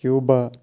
Cuba